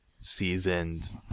seasoned